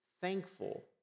thankful